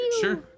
Sure